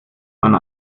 man